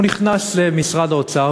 הוא נכנס למשרד האוצר,